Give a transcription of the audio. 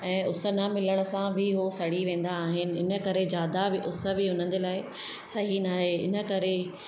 ऐं उस न मिलण सां बि उहो सड़ी वेंदा आहिनि इन करे ज्यादा बि उस बि उन्हनि जे लाइ सही न आहे इन करे